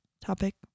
topic